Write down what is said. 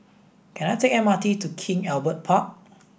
can I take M R T to King Albert Park